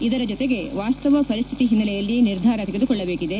ಇದರ ಜೊತೆಗೆ ವಾಸ್ತವ ಪರಿಸ್ಥಿತಿ ಹಿನ್ನೆಲೆಯಲ್ಲಿ ನಿರ್ಧಾರ ತೆಗೆದುಕೊಳ್ಳಬೇಕಿದೆ